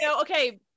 okay